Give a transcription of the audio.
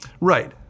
Right